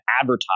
advertise